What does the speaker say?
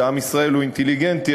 ועם ישראל הוא אינטליגנטי,